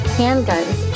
handguns